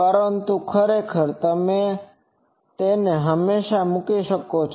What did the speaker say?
પરંતુ ખરેખર તમે તેને હંમેશાં મૂકી શકો છો